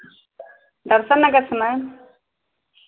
दर्शन नगर से मैम